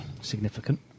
significant